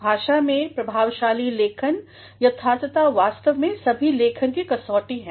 भाषा में प्रभावशाली लेखन यथार्थता वास्तव में सभी लेखन की कसौटी है